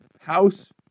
House